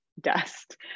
dust